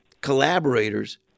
collaborators